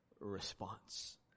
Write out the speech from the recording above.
response